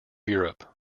europe